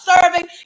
serving